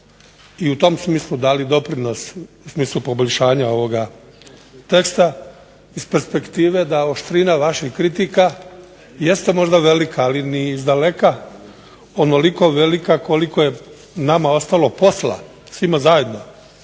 i u tom smislu dali doprinos u smislu poboljšanja ovoga teksta iz perspektive da oštrina vaših kritika jeste možda velika, ali ni izdaleka onoliko velika koliko je nama ostalo posla, svima zajedno